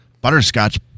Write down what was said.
butterscotch